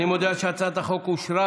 אני מודיע שהצעת החוק אושרה,